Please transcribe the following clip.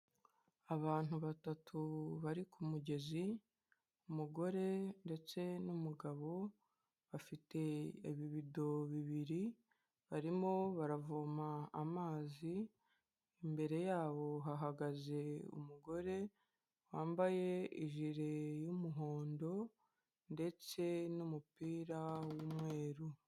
Abantu batatu bari ku mugezi, umugore ndetse n'umugabo, bafite ibibido bibiri, barimo baravoma amazi, imbere yabo hahagaze umugore wambaye ijiri y'umuhondo ndetse n'umupira w'umweru.